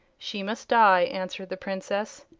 she must die, answered the princess.